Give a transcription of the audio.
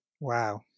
Wow